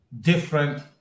different